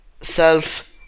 Self